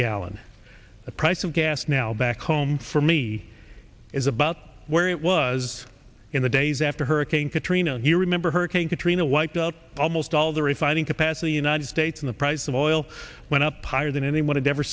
gallon the price of gas now back home for me is about where it was in the days after hurricane katrina you remember hurricane katrina wiped out almost all the refining capacity united states in the price of oil went up higher than anyone